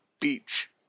beach